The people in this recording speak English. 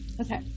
Okay